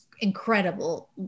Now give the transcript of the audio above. incredible